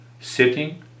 sitting